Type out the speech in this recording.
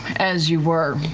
as you were,